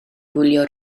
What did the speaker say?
gwylio